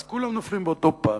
אז כולם נופלים באותו פח,